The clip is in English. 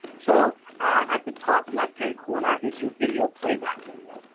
so at the top left hand corner is your video play back window.